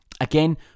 Again